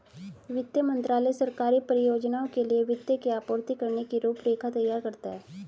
वित्त मंत्रालय सरकारी परियोजनाओं के लिए वित्त की आपूर्ति करने की रूपरेखा तैयार करता है